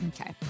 Okay